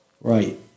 Right